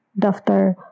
daftar